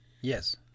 Yes